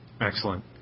Excellent